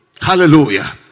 Hallelujah